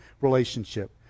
relationship